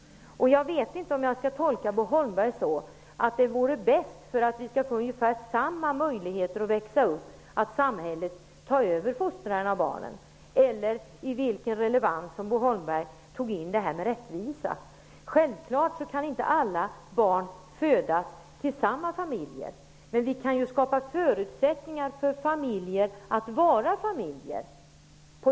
Jag vet inte om jag skall tolka Bo Holmberg så att det vore bäst att samhället tar över fostran av barnen för att vi skall få ungefär samma möjligheter när vi växer upp. Jag vet inte i vilken relevans som Bo Holmberg tog in detta med rättvisan. Alla barn kan självfallet inte födas till samma familjer. Men vi kan på ett helt annat sätt skapa föutsättningar för familjer att få vara familjer.